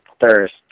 thirst